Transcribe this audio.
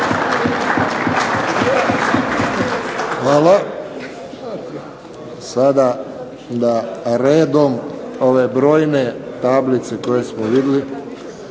Hvala. Sada da redom ove brojne tablice koje smo vidjeli,